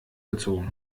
gezogen